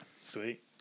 Sweet